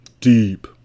deep